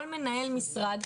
כל מנהל משרד,